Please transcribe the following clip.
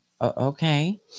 Okay